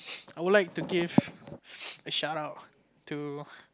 I would like to give a shout out to